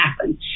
happen